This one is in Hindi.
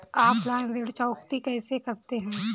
ऑफलाइन ऋण चुकौती कैसे करते हैं?